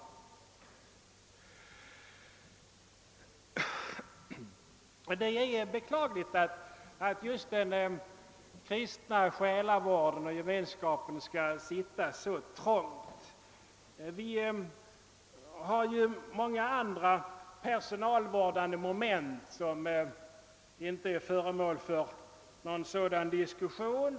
Det är beklagligt att just den kristna själavården och religiösa verksamheten skall sitta så trångt. Det finns ju så många andra personalvårdande moment som inte är föremål för någon sådan diskussion.